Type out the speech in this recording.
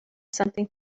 something